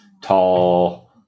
tall